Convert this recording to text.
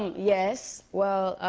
yes. well,